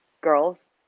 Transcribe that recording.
girls